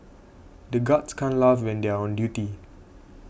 the guards can't laugh when they are on duty